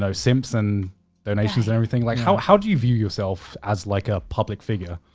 so simps and donations and everything. like how how do you view yourself as like a public figure?